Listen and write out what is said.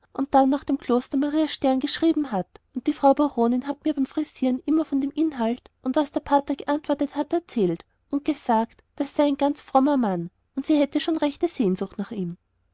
und dann nach dem kloster maria stern geschrieben hat und die frau baronin hat mir beim frisieren immer von dem inhalt und was der pater geantwortet hat erzählt und gesagt das sei ein ganz ein frommer mann und sie hätte schon rechte sehnsucht nach ihm